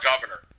governor